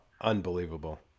Unbelievable